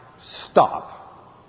stop